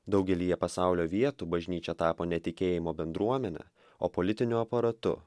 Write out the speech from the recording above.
daugelyje pasaulio vietų bažnyčia tapo ne tikėjimo bendruomene o politiniu aparatu